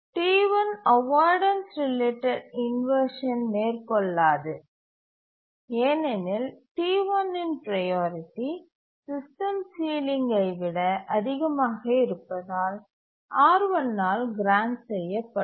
T1 avoidance related inversion மேற்கொள்ளாது ஏனெனில் T1 இன் ப்ரையாரிட்டி சிஸ்டம் சீலிங்கை விட அதிகமாக இருப்பதால் R1 ஆல் கிராண்ட் செய்யப்படும்